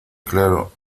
claro